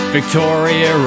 Victoria